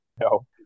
No